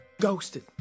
Ghosted